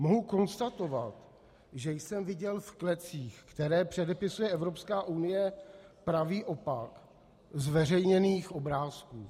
Mohu konstatovat, že jsem viděl v klecích, které předepisuje Evropská unie, pravý opak zveřejněných obrázků.